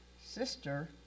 sister